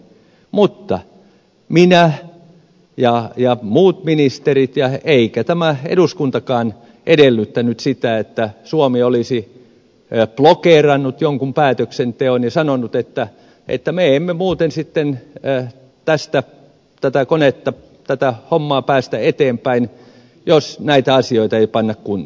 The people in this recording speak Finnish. mutta en minä ja muut ministerit eikä tämä eduskuntakaan edellyttänyt sitä että suomi olisi blokeerannut jonkin päätöksenteon ja sanonut että me emme muuten sitten tästä tätä konetta tätä hommaa päästä eteenpäin jos näitä asioita ei panna kuntoon